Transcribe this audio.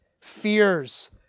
fears